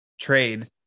trade